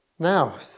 Now